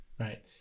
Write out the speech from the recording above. Right